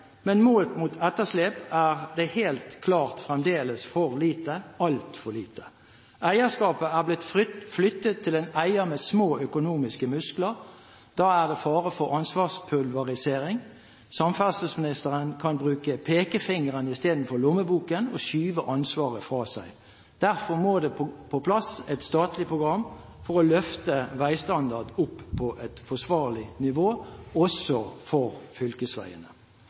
men målt mot etterslep er det helt klart fremdeles for lite, altfor lite. Eierskapet er blitt flyttet til en eier med små økonomiske muskler. Da er det fare for ansvarspulverisering. Samferdselsministeren kan bruke pekefingeren istedenfor lommeboken og skyve ansvaret fra seg. Derfor må det på plass et statlig program for å løfte veistandard opp på et forsvarlig nivå også for fylkesveiene.